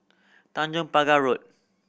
Tanjong Pagar Road